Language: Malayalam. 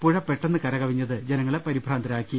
പുഴ പെട്ടെന്ന് കരകവിഞ്ഞത് ജനങ്ങളെ പരിഭ്രാന്തരാക്കി